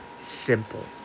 simple